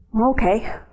Okay